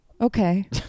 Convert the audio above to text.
okay